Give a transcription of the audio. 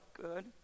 Good